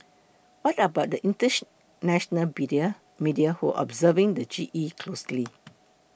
what about the international media who are observing the G E closely